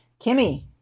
Kimmy